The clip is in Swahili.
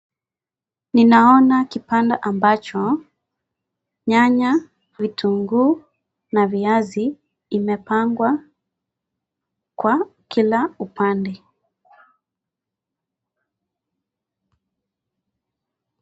Ninaona kibanda ambacho nyanya, vitunguu na viazi imepangwa kwa kila upande.